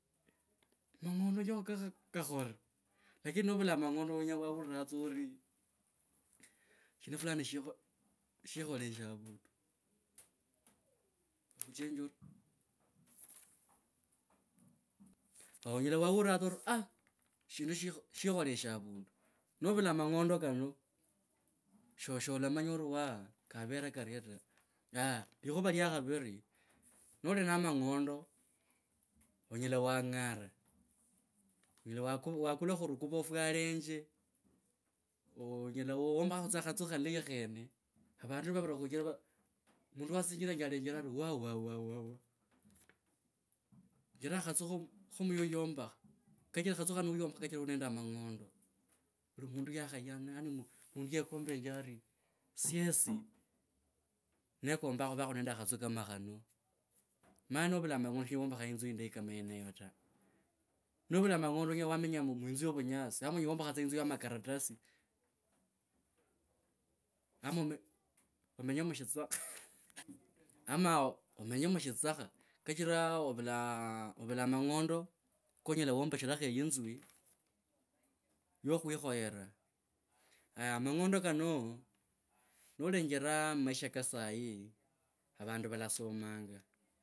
Mangendo niokho, ka, kakhore, lakini novula amangonde anyela waura tsa orii, shindu fulani shikho, shikholesha avundu. Navula mangondo kano sholamanya ori wah kavere karye ta haya, likhuva iya khaviri nali na mangonda anyela wangara, onyela wakuu, wakhulako ruvuko ofwalenje, onyela wombakha tsa akhatsu khalayi khene, avandu nivavira khunjira, vari mundu asinjire alenjere ari wawawawa, njera khatsa kha muya oyu yombokha, kachira khatsa kharo woyombakha shichira unende mang’ondo. Mundu yekombe, nje ari, syesi nekombakho khuvakho nende akatsu ori kano. Omanye novula mang’ondo wombokha yinzu yindiya kama yeneyo ta novula mang’ondo onyela wamenya mu inzu yovunyasi ama anyela wombakha inzu ya makaratasi ama omenye mushitakha ama omenya mushitsakha kachira ovulaa, ovula amang’ondo konyela wombashirakho yinzu yo khwikhoera. Haya mang’ondo kano nolenjera maisha ka sahi avandu valasomanga.